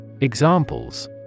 Examples